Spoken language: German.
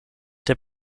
der